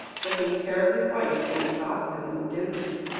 looking terribly white and exhausted in the dimness.